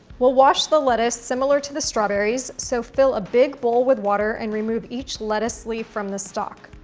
we'll wash the lettuce similar to the strawberries, so fill a big bowl with water and remove each lettuce leaf from the stalk.